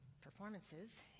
performances